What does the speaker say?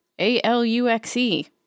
A-L-U-X-E